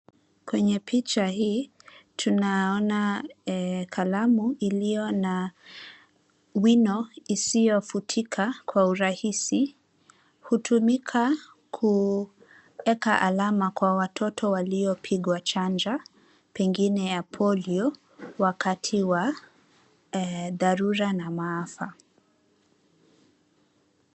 Kwenye picha hii tunaona kalamu iliyo na wino isiyo futika kwa urahisi. Hutumika kuweka alama kwa watoto waliopigwa chanja pengine ya polio wakati wa dharura na maafa.